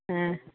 ஆ